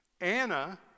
Anna